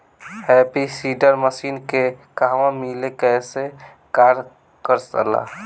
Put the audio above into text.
Happy seeder machine के कहवा मिली कैसे कार कर ला?